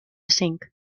cinc